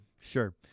Sure